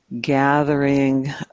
gathering